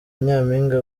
nyampinga